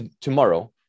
tomorrow